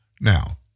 now